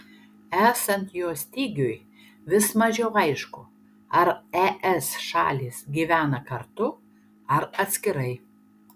esant jo stygiui vis mažiau aišku ar es šalys gyvena kartu ar atskirai